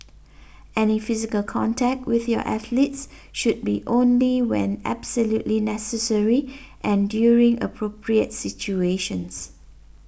any physical contact with your athletes should be only when absolutely necessary and during appropriate situations